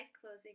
closing